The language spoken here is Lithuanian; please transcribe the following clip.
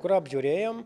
kur apžiūrėjom